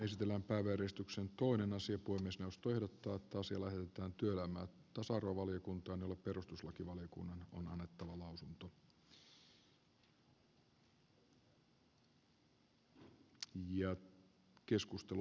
puhemiesneuvosto ehdottaa että asia lähetetään työelämä ja tasa arvovaliokuntaan jolle perustuslakivaliokunnan on annettava lausunto